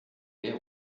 baies